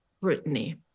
Brittany